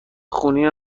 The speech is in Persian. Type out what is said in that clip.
خونی